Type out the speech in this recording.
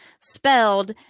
spelled